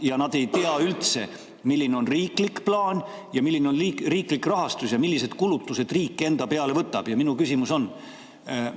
ja nad ei tea üldse, milline on riiklik plaan, milline on riiklik rahastus ja millised kulutused riik enda peale võtab. Minu küsimus on: